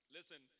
Listen